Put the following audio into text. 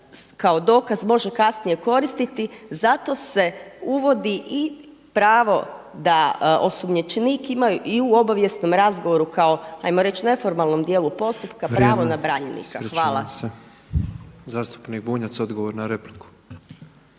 kao dokaz može kasnije koristiti zato se uvodi i pravo da osumnjičenik ima i u obavijesnom razgovoru kao ajmo reći neformalnom dijelu postupka pravo na branjenika. Hvala. **Petrov, Božo (MOST)** Zastupnik Bunjac odgovor na repliku.